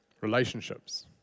relationships